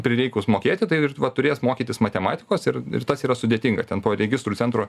prireikus mokėti tai ir va turės mokytis matematikos ir ir tas yra sudėtinga ten po registrų centro